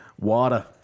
Water